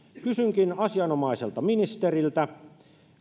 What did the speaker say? kysynkin asianomaiselta ministeriltä